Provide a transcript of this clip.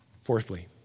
Fourthly